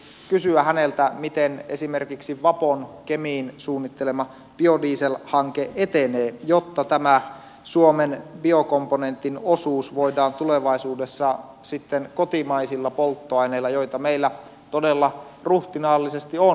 olisin halunnut kysyä häneltä miten esimerkiksi vapon kemiin suunnittelema biodieselhanke etenee jotta tämä suomen biokomponentin osuus voidaan tulevaisuudessa sitten kattaa kotimaisilla polttoaineilla joita meillä todella ruhtinaallisesti on